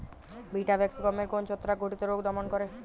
Vitavax গমের কোন ছত্রাক ঘটিত রোগ দমন করে?